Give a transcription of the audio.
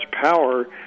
power